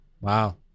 Wow